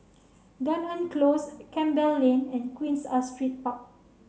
Dunearn Close Campbell Lane and Queen Astrid Park